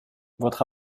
votre